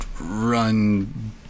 run –